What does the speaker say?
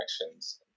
connections